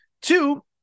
Two